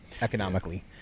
economically